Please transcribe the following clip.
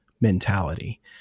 mentality